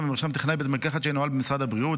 במרשם טכנאי בית מרקחת שינוהל במשרד הבריאות.